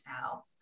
now